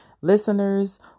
listeners